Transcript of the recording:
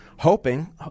Hoping